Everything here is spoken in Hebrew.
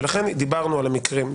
לכן דיברנו על המקרים.